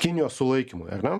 kinijos sulaikymui ar ne